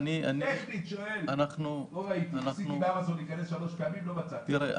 ניסיתי להיכנס לאמזון שלוש פעמים ולא מצאתי.